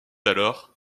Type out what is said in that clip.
alors